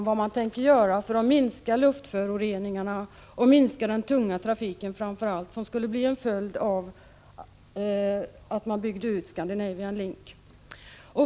Vad tänker man göra för att minska luftföroreningarna och minska den tunga trafik som framför allt skulle bli följden av att man byggde Scandinavian Link?